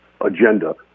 agenda